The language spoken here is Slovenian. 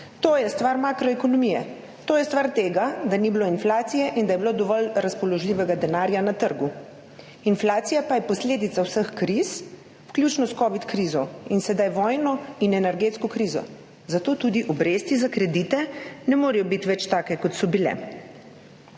To je stvar makroekonomije. To je stvar tega, da ni bilo inflacije in da je bilo dovolj razpoložljivega denarja na trgu. Inflacija pa je posledica vseh kriz, vključno s covid krizo in sedaj vojno in energetsko krizo. Zato tudi obresti za kredite ne morejo biti več take, kot so bile.